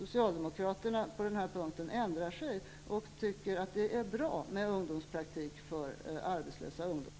Socialdemokraterna skulle kunna ändra sig på den här punkten och tycka att det är bra med ungdomspraktik för arbetslösa ungdomar.